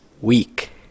week